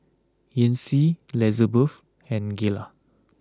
Yancy Lizabeth and Gayla